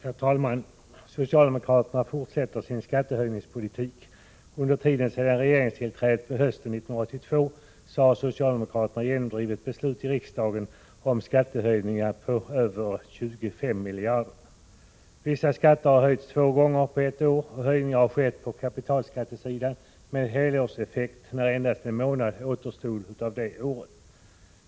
Herr talman! Socialdemokraterna fortsätter sin skattehöjningspolitik. Under den tid som gått sedan regeringstillträdet på hösten 1982 har socialdemokraterna genomdrivit beslut i riksdagen om skattehöjningar på över 25 miljarder. Vissa skatter har höjts två gånger på ett år, och höjningarna har skett på kapitalskattesidan, med helårseffekt, när endast en månad återstod av året i fråga.